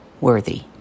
worthy